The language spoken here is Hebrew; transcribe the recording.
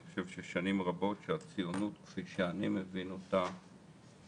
אני חושב ששנים רבות שהציונות כפי שאני מבין אותה ואחרים,